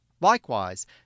Likewise